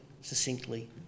succinctly